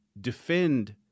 defend